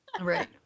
Right